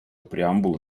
преамбулы